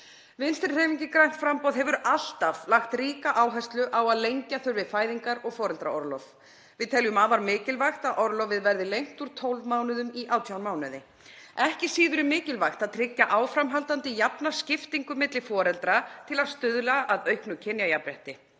Vinstrihreyfingin – grænt framboð hefur alltaf lagt ríka áherslu á að lengja þurfi fæðingar- og foreldraorlof. Við teljum afar mikilvægt að orlofið verði lengt úr 12 mánuðum í 18 mánuði. Ekki síður er mikilvægt að tryggja áframhaldandi jafna skiptingu milli foreldra til að stuðla að auknu kynjajafnrétti.